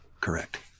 Correct